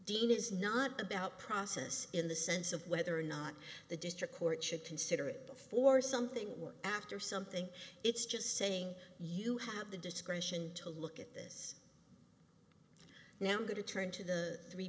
dean is not about process in the sense of whether or not the district court should consider it before something worse after something it's just saying you have the discretion to look at this now i'm going to turn to the three